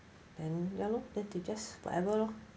then ya lor then they just whatever lor